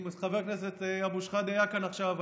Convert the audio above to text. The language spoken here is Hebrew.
אם חבר הכנסת אבו שחאדה היה כאן עכשיו,